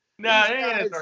No